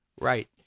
Right